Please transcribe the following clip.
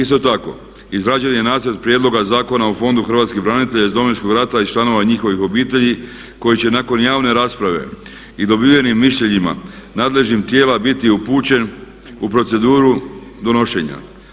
Isto tako, izrađen je Nacrt prijedloga zakona o Fondu hrvatskih branitelja iz Domovinskog rata i članova njihovih obitelji koji će nakon javne rasprave i dobivenim mišljenjima nadležnih tijela biti upućen u proceduru donošenja.